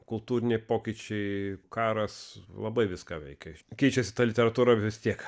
kultūriniai pokyčiai karas labai viską veikia keičiasi ta literatūra vis tiek